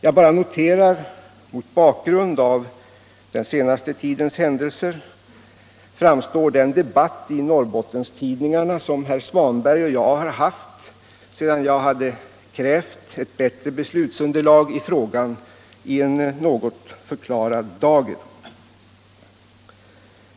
Jag bara noterar att mot bakgrund av den senaste tidens händelser framstår den debatt i Norrbottenstidningarna, som herr Svanberg och jag har haft sedan jag krävt ett bättre beslutsunderlag i frågan, i en förklarad dager.